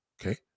Okay